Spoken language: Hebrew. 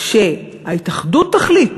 שההתאחדות תחליט.